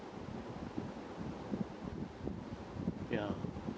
ya